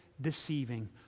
deceiving